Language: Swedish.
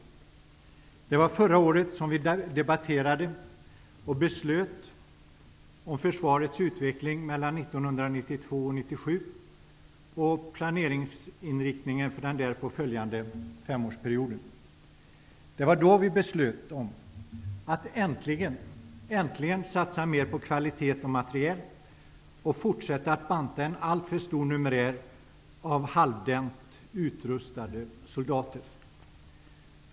Det var förra året vi debatterade och beslutade om försvarets utveckling mellan 1992 och 1997 och planeringsinriktningen för den därpå följande femårsperioden. Det var då vi äntligen beslutade att satsa mer på kvalitet och materiel och fortsätta att banta en alltför stor numerär av halvdant utrustade soldater.